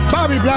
Bobby